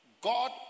God